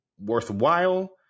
worthwhile